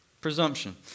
Presumption